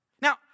Now